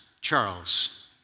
Charles